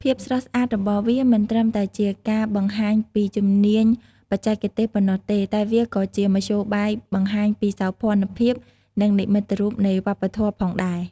ភាពស្រស់ស្អាតរបស់វាមិនត្រឹមតែជាការបង្ហាញពីជំនាញបច្ចេកទេសប៉ុណ្ណោះទេ តែវាក៏ជាមធ្យោបាយបង្ហាញពីសោភ័ណភាព និងនិមិត្តរូបនៃវប្បធម៌ផងដែរ។